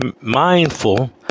mindful